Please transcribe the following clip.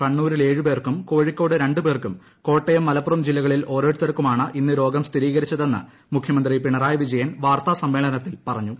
കണ്ണൂരിൽ ഏഴുപേർക്കും കോഴിക്കോട് രണ്ടുപേർക്കും കോട്ടയം മലപ്പുറം ജില്ലകളിൽ ഓരോരുത്തർക്കുമാണ് ഇന്ന് രോഗം സ്ഥിരീകരിച്ചതെന്ന് മുഖ്യമന്ത്രി ്പ്പിണറായി വിജയൻ വാർത്താസമ്മേളനത്തിൽ പറഞ്ഞു